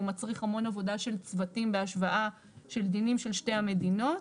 הוא מצריך המון עבודה של צוותים בהשוואה של דינים של שתי המדינות.